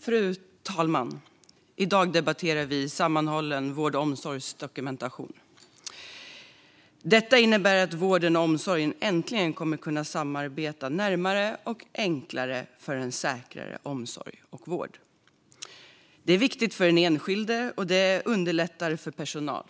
Fru talman! Vi debatterar nu sammanhållen vård och omsorgsdokumentation, som innebär att vården och omsorgen äntligen kommer att kunna samarbeta närmare och enklare för en säkrare omsorg och vård. Det är viktigt för den enskilde och underlättar för personalen.